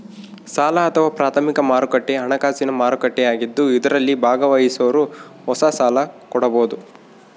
ಸಾಲ ಅಥವಾ ಪ್ರಾಥಮಿಕ ಮಾರುಕಟ್ಟೆ ಹಣಕಾಸಿನ ಮಾರುಕಟ್ಟೆಯಾಗಿದ್ದು ಇದರಲ್ಲಿ ಭಾಗವಹಿಸೋರು ಹೊಸ ಸಾಲ ಕೊಡಬೋದು